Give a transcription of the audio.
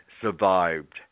survived